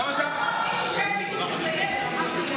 אמר פעם מישהו שאין ביטוי כזה.